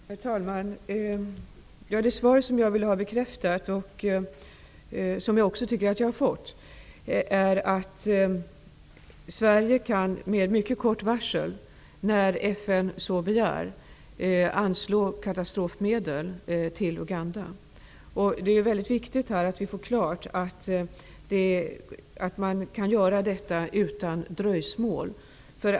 Herr talman! Det svar som jag ville ha bekräftat, och som jag tycker att jag har fått, är att Sverige med mycket kort varsel -- när FN så begär -- kan anslå katastrofmedel till Luanda. Det är väldigt viktigt att vi gör klart att man kan göra det utan dröjsmål.